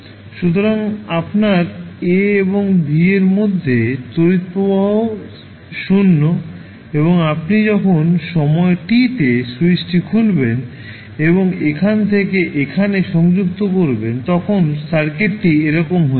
সুতরাং আপনার a এবং b এর মধ্যে তড়িৎ প্রবাহ 0 এবং আপনি যখন সময় t তে স্যুইচটি খুলবেন এবং এখান থেকে এখানে সংযুক্ত করবেন তখন সার্কিটটি এরকম হয়ে যাবে